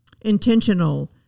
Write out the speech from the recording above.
intentional